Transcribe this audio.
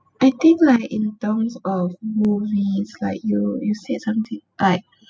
I think like in terms of movies like you know you said something like